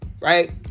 right